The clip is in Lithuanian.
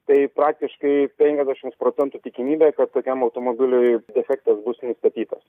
tai praktiškai penkiasdešims procentų tikimybė kad tokiam automobiliui defektas bus nustatytas